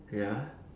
ya